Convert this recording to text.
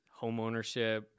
homeownership